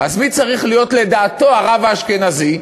מי צריך להיות לדעתו הרב האשכנזי?